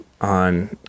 on